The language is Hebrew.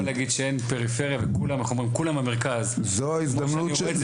אני מקווה שעד סוף הקדנציה,